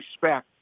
respect